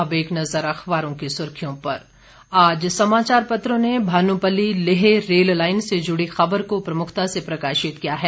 अब एक नज़र अखबारों की सुर्खियों पर आज समाचार पत्रों ने भानुपल्ली लेह रेललाईन से जुड़ी खबर को प्रमुखता से प्रकाशित किया है